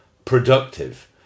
...productive